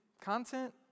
content